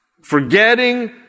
forgetting